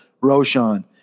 Roshan